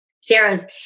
Sarah's